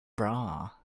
bra